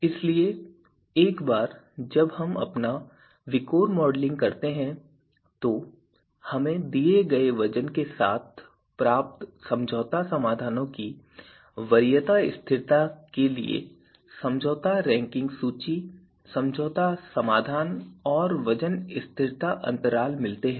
इसलिए एक बार जब हम अपना विकोर मॉडलिंग करते हैं तो हमें दिए गए वज़न के साथ प्राप्त समझौता समाधानों की वरीयता स्थिरता के लिए समझौता रैंकिंग सूची समझौता समाधान और वजन स्थिरता अंतराल मिलते हैं